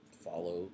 follow